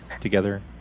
together